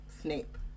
Snape